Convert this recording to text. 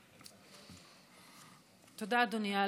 תודה, אדוני.